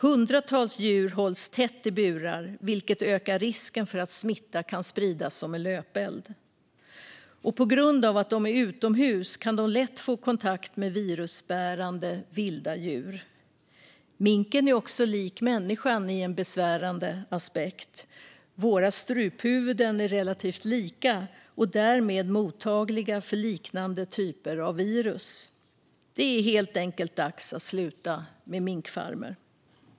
Hundratals djur hålls tätt i burar, vilket ökar risken för att smitta sprids som en löpeld. På grund av att de är utomhus kan de lätt få kontakt med virusbärande vilda djur. Minken är också lik människan i en besvärande aspekt: Våra struphuvuden är relativt lika och därmed mottagliga för liknande typer av virus. Det är helt enkelt dags att sluta med minkfarmer.